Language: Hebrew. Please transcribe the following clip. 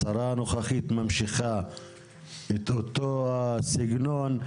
השרה הנוכחית ממשיכה את אותו הסגנון.